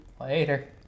Later